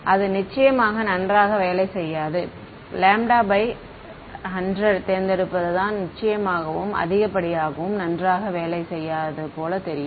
அது நிச்சயமாக நன்றாக வேலை செய்யாது λ100 தேர்ந்தெடுப்பதுதான் நிச்சயமாகவும் அதிகப்படியாகவும் நன்றாக வேலை செய்யாதது போல தெரியும்